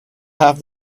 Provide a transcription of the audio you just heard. have